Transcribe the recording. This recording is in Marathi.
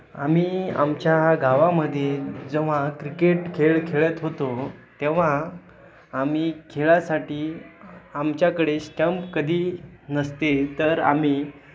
आम्ही आमच्या गावामध्ये जेव्हा क्रिकेट खेळ खेळत होतो तेव्हा आम्ही खेळासाठी आमच्याकडे स्टम्प कधी नसते तर आम्ही